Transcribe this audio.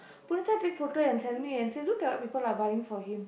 Punitha take photo and tell me and say look at what people are buying for him